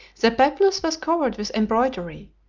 the peplus was covered with embroidery,